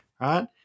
right